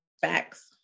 Facts